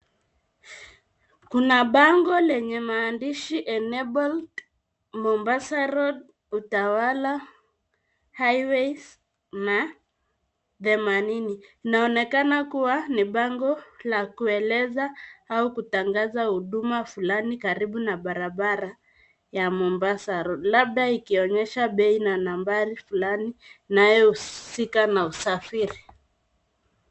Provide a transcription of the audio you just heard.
Kuna bango lenye maandishi enabled , Mombasa Road, Utawala, Highways na themanini. Inaonekana kuwa ni bango la kueleza au kutangaza huduma fulani karibu na barabara ya Mombasa Road labda ikionyesha bei na nambari fulani inayohusika na usafiri.